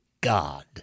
God